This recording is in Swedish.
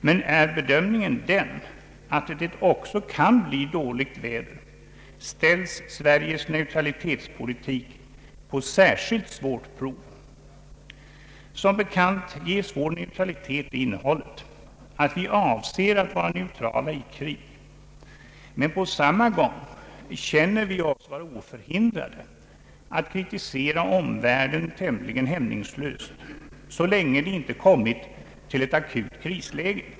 Men är bedömningen den att det också kan bli dåligt väder, ställs Sveriges neutralitetspolitik på särskilt svårt prov. Som bekant ges neutraliteten det innehållet, att vi avser att vara neutrala i krig. Men på samma gång känner vi oss vara oförhindrade att kritisera omvärlden tämligen hämningslöst, så länge vi inte kommit till ett akut krisläge.